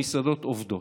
המסעדות עובדות.